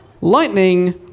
Lightning